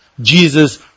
Jesus